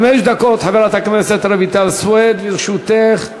חמש דקות, חברת הכנסת רויטל סויד, לרשותך.